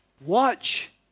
Watch